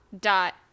dot